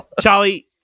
Charlie